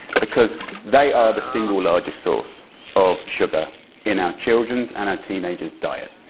because they are the single largest source of sugar in our children's and our teenagers' diet.